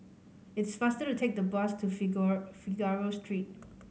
it's faster to take the bus to Figaro Street